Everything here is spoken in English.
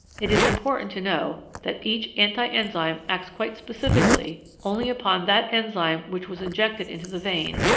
it is important to know that each anti-enzyme acts quite specifically only upon that enzyme which was injected into the vein,